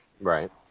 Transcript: Right